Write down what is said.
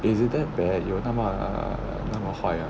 is it that bad 有那么那么坏 ah